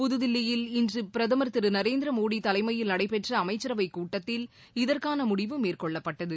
புதுதில்லியில் இன்று பிரதமர் திரு நரேந்திர மோடி தலைமையில் நடைபெற்ற அமைச்சரவைக்கூட்டத்தில் இதற்கான முடிவு மேற்கொள்ளப்பட்டது